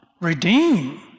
redeem